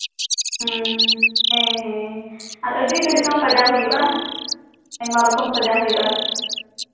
ᱦᱮᱸ ᱦᱮᱸ ᱟᱨ ᱟᱹᱰᱤ ᱠᱟᱹᱴᱤᱡ ᱛᱚ ᱥᱟᱡᱟᱣ ᱦᱩᱭᱩᱜᱼᱟ ᱟᱭᱢᱟ ᱨᱚᱠᱚᱢ ᱥᱟᱡᱟᱣ ᱦᱩᱭᱩᱜᱼᱟ